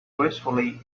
gracefully